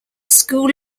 school